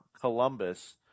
Columbus